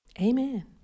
Amen